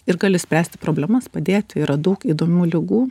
ir gali spręsti problemas padėti yra daug įdomių ligų